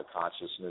consciousness